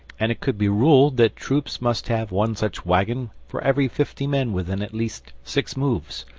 and it could be ruled that troops must have one such waggon for every fifty men within at least six moves.